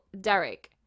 Derek